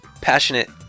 Passionate